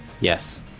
yes